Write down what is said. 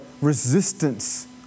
resistance